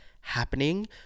happening